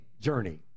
journey